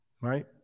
right